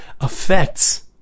affects